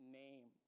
name